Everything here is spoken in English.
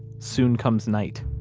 soon comes night.